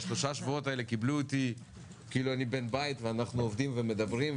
בשלושה שבועות האלה קיבלו אותי כאילו אני בן בית ואנחנו עובדים ומדברים,